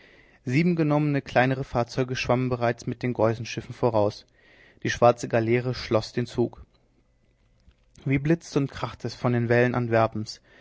sieben genommene kleinere fahrzeuge schwammen bereits mit den geusenschiffen voraus die schwarze galeere schloß den zug wie blitzte und krachte es von den wällen antwerpens